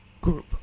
group